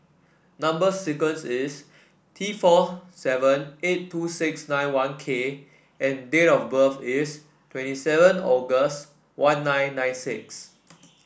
number sequence is T four seven eight two six nine one K and date of birth is twenty seven August one nine nine six